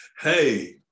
hey